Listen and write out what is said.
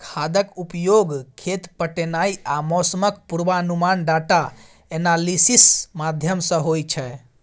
खादक उपयोग, खेत पटेनाइ आ मौसमक पूर्वानुमान डाटा एनालिसिस माध्यमसँ होइ छै